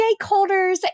stakeholders